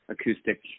acoustic